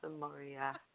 Maria